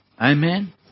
Amen